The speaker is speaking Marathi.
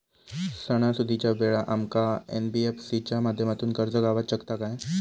सणासुदीच्या वेळा आमका एन.बी.एफ.सी च्या माध्यमातून कर्ज गावात शकता काय?